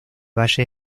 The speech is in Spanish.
valle